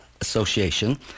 association